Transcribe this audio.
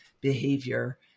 behavior